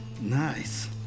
Nice